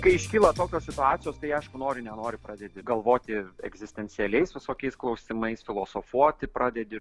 kai iškyla tokios situacijos tai aišku nori nenori pradedi galvoti egzistencialiais visokiais klausimais filosofuoti pradedi